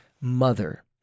mother